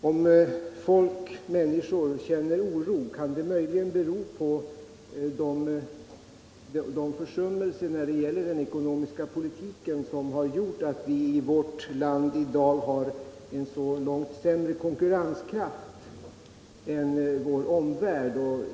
Om människor känner oro kan det möjligen bero på de försummelser i fråga om den ekonomiska politiken som har medfört att vi i vårt land i dag har en långt sämre konkurrenskraft än vår omvärld.